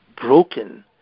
broken